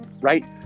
right